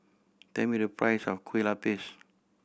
tell me the price of kue lupis